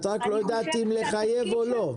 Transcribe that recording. את רק לא יודעת אם לחייב או לא.